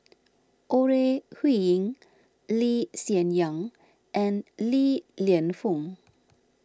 Ore Huiying Lee Hsien Yang and Li Lienfung